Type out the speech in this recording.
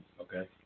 Okay